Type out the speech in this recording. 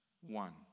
one